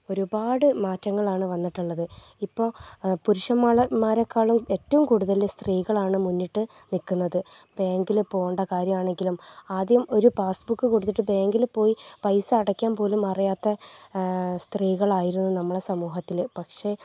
ഒരുപാട് മാറ്റങ്ങളാണ് വന്നിട്ടുള്ളത് ഇപ്പോൾ പുരുഷ മാരെക്കാളും ഏറ്റവും കൂടുതൽ സ്ത്രീകളാണ് മുന്നിട്ട് നിൽക്കുന്നത് ബാങ്കിൽ പോവേണ്ട കാര്യമാണെങ്കിലും ആദ്യം ഒരു പാസ്ബുക്ക് കൊടുത്തിട്ട് ബാങ്കിൽ പോയി പൈസ അടയ്ക്കാൻ പോലും അറിയാത്ത സ്ത്രീകളായിരുന്നു നമ്മളെ സമൂഹത്തിൽ പക്ഷേ